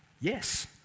Yes